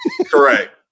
correct